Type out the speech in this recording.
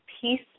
Peace